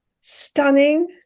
stunning